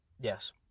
Yes